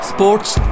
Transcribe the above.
Sports